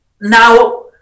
now